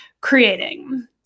creating